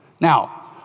Now